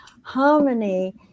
harmony